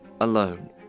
alone